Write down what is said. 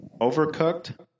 Overcooked